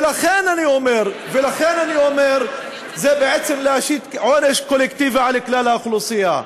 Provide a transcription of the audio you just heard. ולכן אני אומר שזה בעצם להשית עונש קולקטיבי על כלל האוכלוסייה.